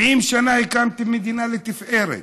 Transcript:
70 שנה הקמתם מדינה לתפארת,